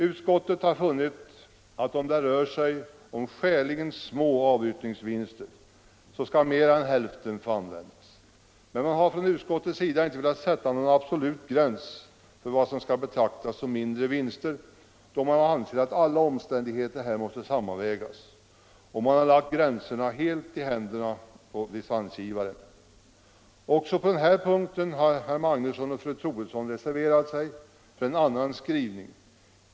Utskottet har funnit att när det rör sig om skäligen små avyttringsvinster skall mera än hälften få användas. Vi inom utskottsmajoriteten har inte velat sätta någon absolut gräns för vad som skall betraktas som mindre vinster, då vi anser att alla omständigheter här måste sammanvägas, och vi har lagt gränsdragningen helt i dispensgivarens hand. Också på denna punkt har herr Magnusson i Borås och fru Troedsson reserverat sig för en annan skrivning.